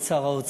את שר האוצר,